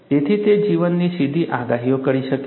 તેથી તે જીવનની સીધી આગાહીઓ કરી શકે છે